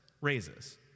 raises